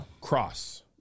cross